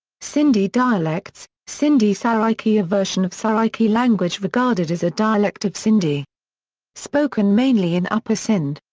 sindhi dialects sindhi saraiki a version of saraiki language regarded as a dialect of sindhi spoken mainly in upper sindh.